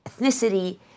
ethnicity